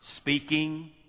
Speaking